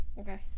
Okay